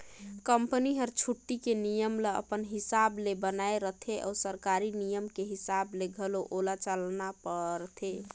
company हर छुट्टी के नियम ल अपन हिसाब ले बनायें रथें अउ सरकारी नियम के हिसाब ले घलो ओला चलना परथे